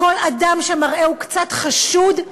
כל אדם שמראהו קצת חשוד,